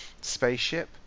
spaceship